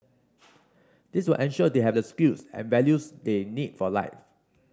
this will ensure they have the skills and values they need for life